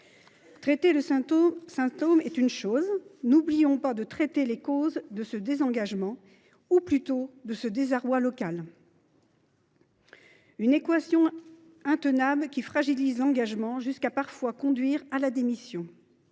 Traiter le symptôme est une chose, mais n’oublions pas de traiter les causes de ce désengagement, de ce désarroi local, équation insoluble qui fragilise l’engagement jusqu’à conduire, parfois, à la démission.